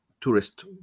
tourist